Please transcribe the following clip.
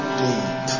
deep